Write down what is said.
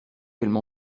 qu’elle